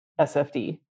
SFD